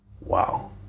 wow